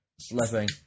slipping